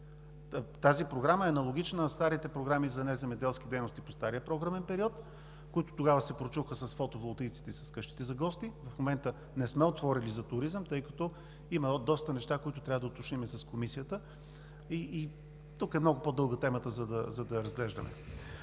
Тази програма е аналогична на старите програми за неземеделски дейности по стария програмен период, които тогава се прочуха с фотоволтаиците и с къщите за гости. В момента не сме отворили за туризъм, тъй като има доста неща, които трябва да уточним с Комисията. Тук темата е много по-дълга, за да я разглеждаме.